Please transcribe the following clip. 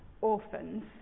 orphans